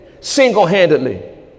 single-handedly